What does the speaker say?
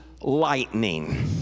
Lightning